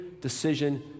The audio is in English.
decision